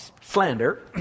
slander